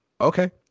okay